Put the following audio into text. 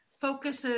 focuses